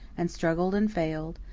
and struggled and failed,